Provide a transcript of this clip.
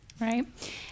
Right